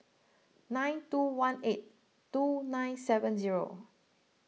nine two one eight two nine seven zero